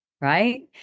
right